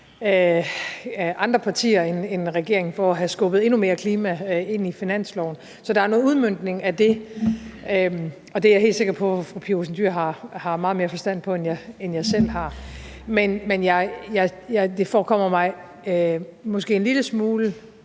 andre partier end regeringen for at have skubbet endnu mere klima ind i finansloven. Så der er en udmøntning af det, og det er jeg helt sikker på at fru Pia Olsen Dyhr har meget mere forstand på, end jeg selv har. Men det forekommer mig måske en lille smule